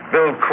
Bill